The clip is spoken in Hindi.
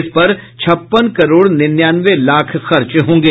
इसपर छप्पन करोड़ निन्यानवे लाख खर्च होंगे